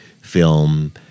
film